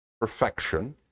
perfection